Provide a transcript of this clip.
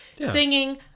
Singing